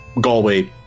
Galway